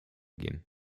gehen